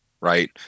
right